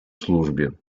службі